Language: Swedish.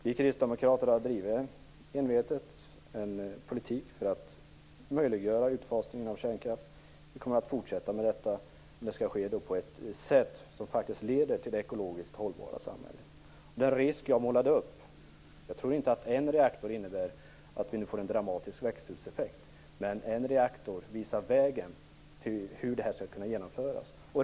Vi kristdemokrater har envetet drivit en politik för att möjliggöra utfasningen av kärnkraften. Vi kommer att fortsätta med detta. Men det skall ske på ett sätt som faktiskt leder till ett ekologiskt hållbart samhälle. När det gäller den risk jag målade upp tror jag inte att avstängningen av en reaktor innebär att vi får en dramatisk växthuseffekt. Men en reaktor visar vägen för hur detta skall kunna genomföras.